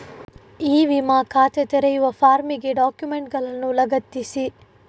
E ವಿಮಾ ಖಾತೆ ತೆರೆಯುವ ಫಾರ್ಮಿಗೆ ಡಾಕ್ಯುಮೆಂಟುಗಳನ್ನು ಲಗತ್ತಿಸಿ